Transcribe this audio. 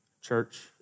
church